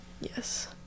Yes